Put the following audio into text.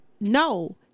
no